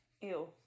Ew